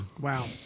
Wow